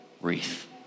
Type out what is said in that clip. wreath